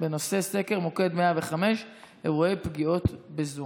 בנושא סקר מוקד 105, אירועי פגיעות בזום.